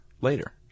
later